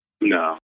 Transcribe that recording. No